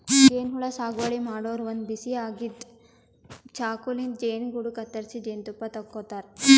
ಜೇನಹುಳ ಸಾಗುವಳಿ ಮಾಡೋರು ಒಂದ್ ಬಿಸಿ ಆಗಿದ್ದ್ ಚಾಕುಲಿಂತ್ ಜೇನುಗೂಡು ಕತ್ತರಿಸಿ ಜೇನ್ತುಪ್ಪ ತಕ್ಕೋತಾರ್